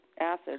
acid